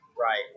right